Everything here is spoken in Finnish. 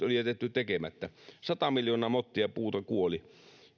oli jätetty tekemättä sata miljoonaa mottia puuta kuoli